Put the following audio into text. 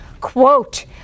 quote